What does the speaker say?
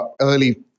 early